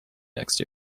next